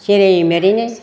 जेरै मेरैनो